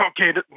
okay